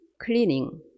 cleaning